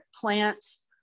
plants